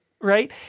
Right